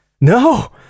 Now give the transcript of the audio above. no